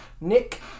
Nick